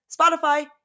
Spotify